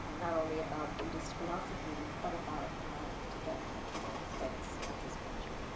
and not only about buddhist philosophy, but about tibet and other aspects of his culture.